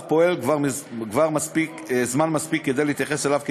פועל כבר זמן מספיק מכדי להתייחס אליו כפיילוט.